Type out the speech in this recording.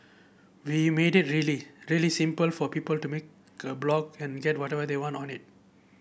we made it really really simple for people to make a blog and whatever they want on it